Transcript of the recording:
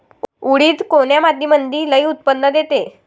उडीद कोन्या मातीमंदी लई उत्पन्न देते?